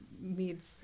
meets